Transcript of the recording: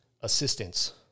assistance